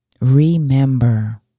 remember